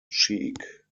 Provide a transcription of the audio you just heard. cheek